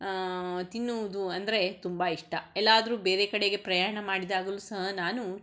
ತಿನ್ನುವುದು ಅಂದರೆ ತುಂಬಾ ಇಷ್ಟ ಎಲ್ಲಾದರು ಬೇರೆ ಕಡೆಗೆ ಪ್ರಯಾಣ ಮಾಡಿದಾಗಲು ಸಹ ನಾನು